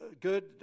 good